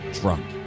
drunk